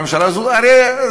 הרי הממשלה הזאת,